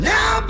Now